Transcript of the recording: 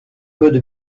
code